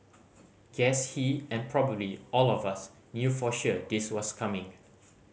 guess he and probably all of us knew for sure this was coming